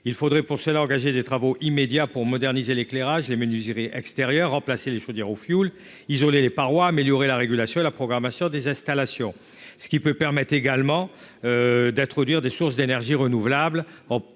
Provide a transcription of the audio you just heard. il faudrait pour cela engager des travaux immédiats pour moderniser l'éclairage, les menuiseries extérieures, remplacer les chaudières au fioul isolé les parois améliorer la régulation et la programmation des installations, ce qui peut permet également d'introduire des sources d'énergie renouvelables